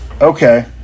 Okay